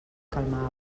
calmaven